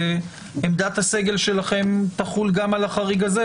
ועמדת הסגל שלכם תחול גם על החריג הזה,